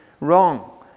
wrong